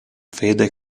fede